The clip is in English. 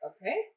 Okay